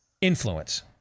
influence